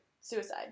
suicide